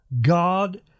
God